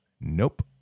Nope